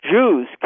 Jews